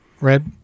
Red